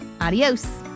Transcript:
Adios